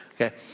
Okay